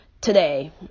today